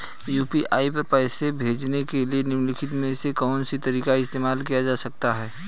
UPI पर पैसे भेजने के लिए निम्नलिखित में से कौन सा तरीका इस्तेमाल किया जा सकता है?